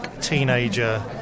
teenager